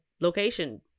location